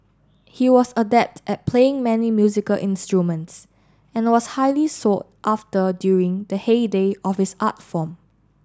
he was adept at playing many musical instruments and was highly sought after during the heyday of his art form